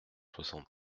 soixante